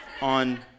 on